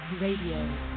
Radio